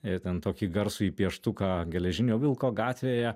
ir ten tokį garsųjį pieštuką geležinio vilko gatvėje